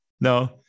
no